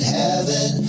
heaven